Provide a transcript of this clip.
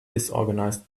disorganized